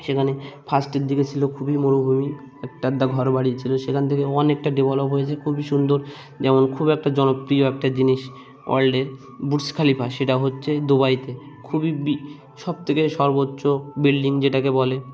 সেখানে ফার্স্টের দিকে ছিল খুবই মরুভূমি এক আধটা ঘরবড়ি ছিল সেখান থেকে অনেকটা ডেভেলপ হয়েছে খুবই সুন্দর যেমন খুব একটা জনপ্রিয় একটা জিনিস ওয়ার্ল্ডের বুর্জ খলিফা সেটা হচ্ছে দুবাইতে খুবই সবথেকে সর্বোচ্চ বিল্ডিং যেটাকে বলে